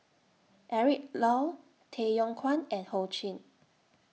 Eric Low Tay Yong Kwang and Ho Ching